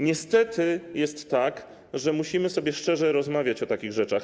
Niestety jest tak, że musimy sobie szczerze rozmawiać o takich rzeczach.